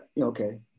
okay